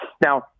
Now